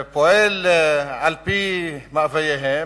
פועל על-פי מאווייהם,